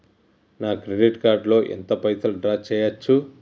నా credit card లో ఎంత పైసల్ డ్రా చేయచ్చు?